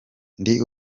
ndi